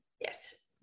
Yes